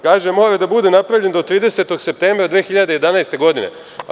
Kaže – mora da bude napravljen do 30. septembra 2011. godine.